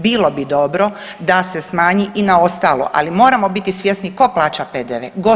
Bilo bi dobro da se smanji i na ostalo, ali moramo biti svjesni tko plaća PDV-e.